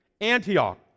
Antioch